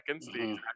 seconds